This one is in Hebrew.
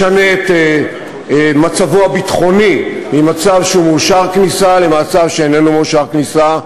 ישנה את מצבו הביטחוני ממצב שהוא מאושר כניסה למצב שאיננו מאושר כניסה.